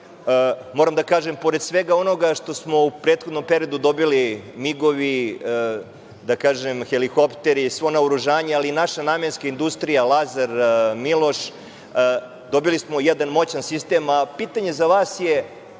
da kažem da, pored svega onoga što smo u prethodnom periodu dobili - migovi, helikopteri, svo naoružanje, ali naša namenska industrija "Lazar", "Miloš", dobili smo jedan moćan sistem, a pitanje za vas je